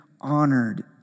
honored